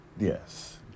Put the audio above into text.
Yes